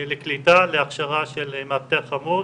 לקליטה להכשרה של מאבטח חמוש